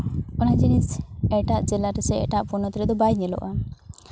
ᱚᱱᱟ ᱡᱤᱱᱤᱥ ᱮᱴᱟᱜ ᱡᱮᱞᱟ ᱨᱮᱥᱮ ᱮᱴᱟᱜ ᱯᱚᱱᱚᱛ ᱨᱮᱫᱚ ᱵᱟᱭ ᱧᱮᱞᱚᱜᱼᱟ